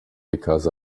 because